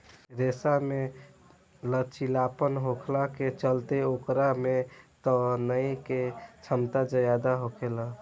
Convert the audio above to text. रेशा में लचीलापन होखला के चलते ओकरा में तनाये के क्षमता ज्यादा होखेला